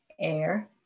air